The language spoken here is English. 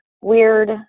weird